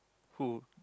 who